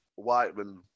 whiteman